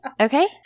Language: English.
okay